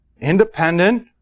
independent